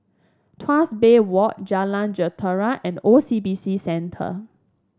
Tuas Bay Walk Jalan Jentera and O C B C Centre